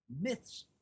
myths